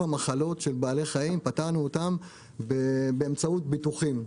המחלות של בעלי החיים באמצעות ביטוחים.